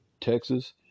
Texas